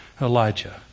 Elijah